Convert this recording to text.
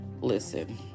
Listen